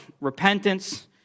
repentance